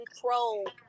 control